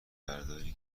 برداری